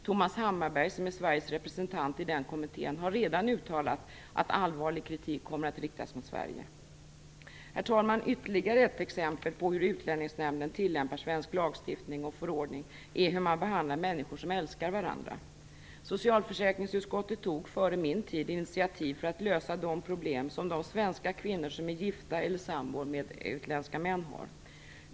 Thomas Hammarbeg som är Sveriges representant i den kommittén har redan uttalat att allvarlig kritik kommer att riktas mot Sverige. Herr talman! Ytterligare ett exempel på hur Utlänningsnämnden tillämpar svensk lagstiftning och förordning är hur man behandlar människor som älskar varandra. Socialförsäkringsutskottet tog - före min tid här - initiativ för att lösa de problem som de svenska kvinnor som är gifta eller sambor med utländska män har.